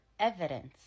evidence